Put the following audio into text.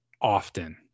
often